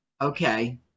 Okay